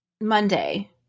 Monday